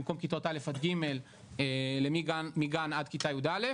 במקום כיתות א'-ג' לגן עד כיתה י"א,